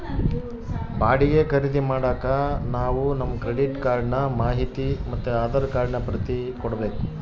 ಬಾಡಿಗೆ ಖರೀದಿ ಮಾಡಾಕ ನಾವು ನಮ್ ಕ್ರೆಡಿಟ್ ಕಾರ್ಡಿನ ಮಾಹಿತಿ ಮತ್ತೆ ಆಧಾರ್ ಕಾರ್ಡಿನ ಪ್ರತಿ ಕೊಡ್ಬಕು